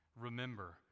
Remember